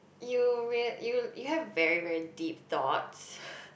you will you you have very very deep thoughts